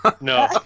No